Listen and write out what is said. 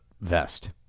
vest